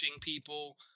people